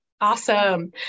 Awesome